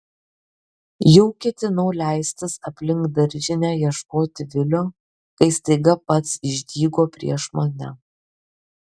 jau ketinau leistis aplink daržinę ieškoti vilio kai staiga pats išdygo prieš mane